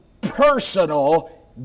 personal